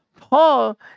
paul